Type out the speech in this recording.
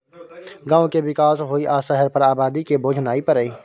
गांव के विकास होइ आ शहर पर आबादी के बोझ नइ परइ